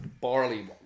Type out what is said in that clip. barley